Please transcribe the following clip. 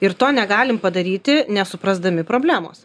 ir to negalim padaryti nesuprasdami problemos